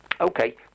Okay